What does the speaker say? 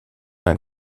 ein